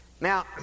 Now